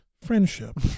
Friendship